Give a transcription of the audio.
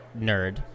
nerd